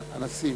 הנשיא.